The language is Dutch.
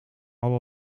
alle